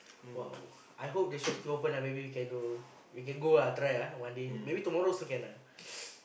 !wow! I hope the shop still open ah maybe we can go we can go lah try ah one day maybe tomorrow also can ah